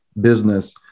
business